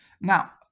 Now